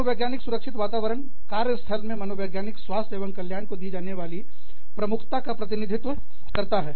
मनोवैज्ञानिक सुरक्षित वातावरण कार्यस्थल में मनोवैज्ञानिक स्वास्थ्य एवं कल्याण को दी जाने वाली प्रमुखता का प्रतिनिधित्व करता है